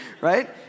right